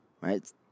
right